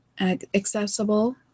accessible